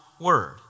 word